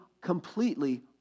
completely